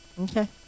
okay